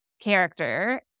character